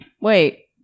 Wait